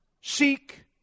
seek